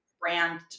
brand